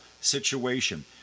situation